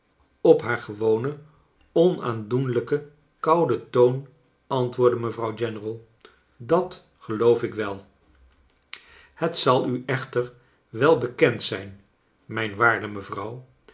op haar gewonen onaandoenlijken kouden toon antwoordde mevrouw general dat geloof ik wel het zal u echter wel bekend zijn mijn waarde mevrouw